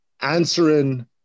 answering